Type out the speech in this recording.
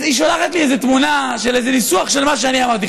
אז היא שולחת לי איזו תמונה של איזה ניסוח של מה שאני אמרתי.